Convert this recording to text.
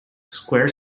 square